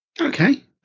Okay